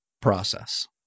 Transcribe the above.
process